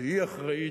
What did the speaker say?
שהיא אחראית,